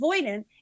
avoidant